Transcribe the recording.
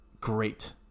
great